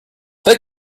they